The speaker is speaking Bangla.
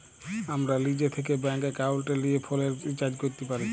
আমরা লিজে থ্যাকে ব্যাংক একাউলটে লিয়ে ফোলের রিচাজ ক্যরতে পারি